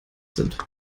sind